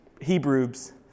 Hebrews